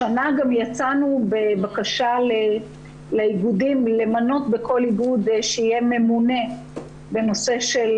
השנה גם יצאנו בבקשה לאיגודים למנות בכל איגוד שיהיה ממונה בנושא של